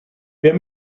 wir